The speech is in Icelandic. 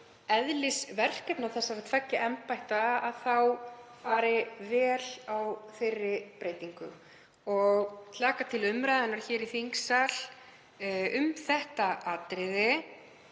eðlis verkefna þessara tveggja embætta þá fari vel á þeirri breytingu og ég hlakka til umræðunnar hér í þingsal um það atriði.